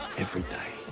every day,